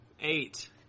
Eight